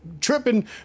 tripping